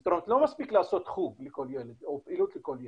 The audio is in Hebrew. זאת אומרת לא מספיק לעשות חוג לכל ילד או פעילות לכל ילד.